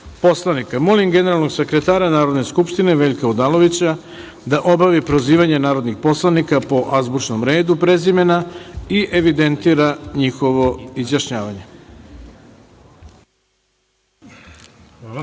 poslanika. Molim generalnog sekretara Narodne skupštine, Veljka Odalovića, da obavi prozivanje narodnih poslanika po azbučnom redu prezimena i evidentira njihovo izjašnjavanje. VELjKO